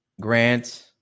Grant